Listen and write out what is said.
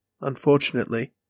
unfortunately